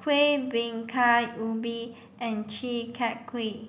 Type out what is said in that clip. Kueh Bingka Ubi and Chi Kak Kuih